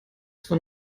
von